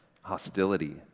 hostility